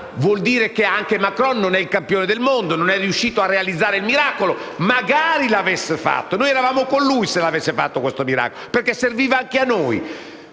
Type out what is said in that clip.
vuol dire che anche Macron non è un campione del mondo e non è riuscito a realizzare il miracolo. Magari l'avesse fatto: noi saremmo stati con lui se avesse operato questo miracolo perché sarebbe servito anche a noi.